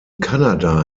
kanada